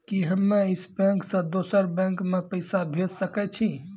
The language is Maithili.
कि हम्मे इस बैंक सें दोसर बैंक मे पैसा भेज सकै छी?